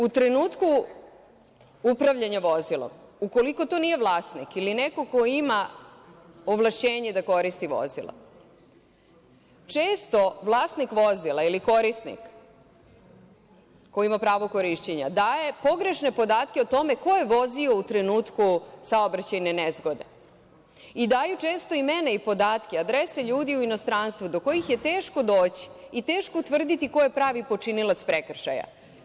U trenutku upravljanja vozilom, ukoliko to nije vlasnik ili neko ko ima ovlašćenje da koristi vozila, često vlasnik vozila ili korisnik koji ima pravo korišćenja daje pogrešne podatke o tome ko je vozio u trenutku saobraćajne nezgode i daju često imena i podatke, adrese ljudi u inostranstvu do kojih je teško doći i teško utvrditi ko je pravi počinilac prekršaja.